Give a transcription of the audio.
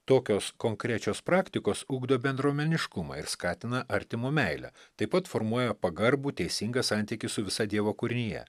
tokios konkrečios praktikos ugdo bendruomeniškumą ir skatina artimo meilę taip pat formuoja pagarbų teisingą santykį su visa dievo kūrinija